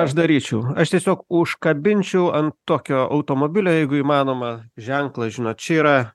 aš daryčiau aš tiesiog užkabinčiau ant tokio automobilio jeigu įmanoma ženklą žinot čia yra